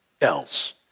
else